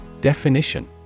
Definition